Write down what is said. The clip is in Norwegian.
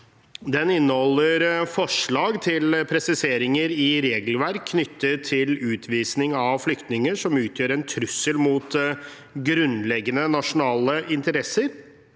Den inneholder forslag til presiseringer i regelverket knyttet til utvisning av flyktninger som utgjør en trussel mot grunnleggende nasjonale interesser.